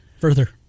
Further